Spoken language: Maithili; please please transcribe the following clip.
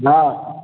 नहि